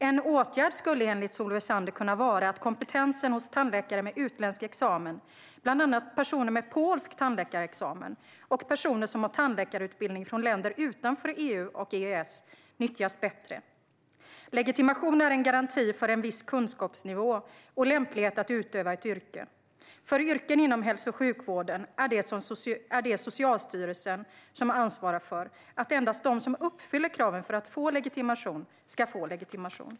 En åtgärd skulle enligt Solveig Zander kunna vara att kompetensen hos tandläkare med utländsk examen, bland andra personer med polsk tandläkarexamen och personer som har tandläkarutbildning från länder utanför EU och EES, nyttjas bättre. Legitimation är en garanti för en viss kunskapsnivå och lämplighet att utöva ett yrke. För yrken inom hälso och sjukvården är det Socialstyrelsen som ansvarar för att endast de som uppfyller kraven för att få legitimation ska få legitimation.